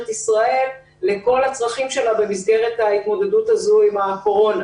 ישראל לכל הצרכים שלה במסגרת ההתמודדות עם הקורונה.